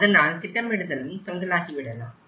அதனால் திட்டமிடுதலும் தொங்கலாகிவிடலாம்